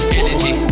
energy